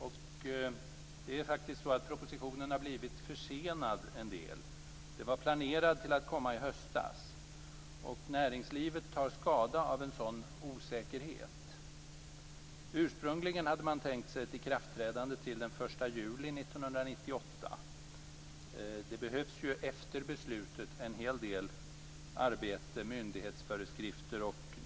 Propositionen har faktiskt blivit försenad en del. Det var planerat att den skulle komma i höstas. Näringslivet tar skada av sådan här osäkerhet. Ursprungligen hade man tänkt sig ett ikraftträdande till den 1 juli 1998. Efter beslutet behövs det ju en hel del arbete - myndighetsföreskrifter.